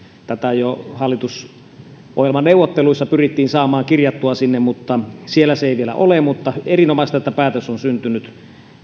tätä jo hallitusohjelmaneuvotteluissa pyrittiin saamaan kirjattua sinne siellä se ei vielä ole mutta on erinomaista että päätös on syntynyt